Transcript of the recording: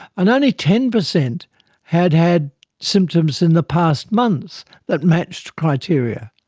and only ten percent had had symptoms in the past months that matched criteria.